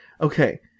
Okay